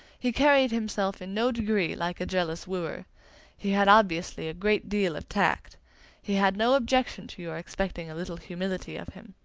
he carried himself in no degree like a jealous wooer he had obviously a great deal of tact he had no objection to your expecting a little humility of him.